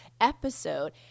episode